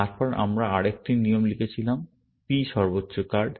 তারপর আমরা আরেকটি নিয়ম লিখেছিলাম P সর্বোচ্চ কার্ড